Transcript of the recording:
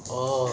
oh